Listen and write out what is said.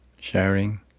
sharing